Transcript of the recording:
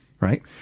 right